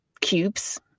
cubes